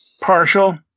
Partial